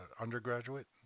undergraduate